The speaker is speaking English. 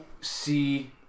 see